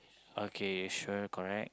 okay sure correct